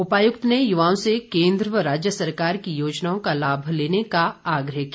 उपायुक्त ने युवाओं से केन्द्र व राज्य सरकार की योजनाओं का लाभ लेने का आग्रह किया